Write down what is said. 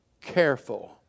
careful